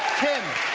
kim,